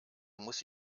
muss